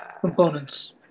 Components